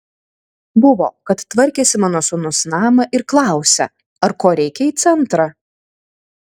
buvo kad tvarkėsi mano sūnus namą ir klausia ar ko reikia į centrą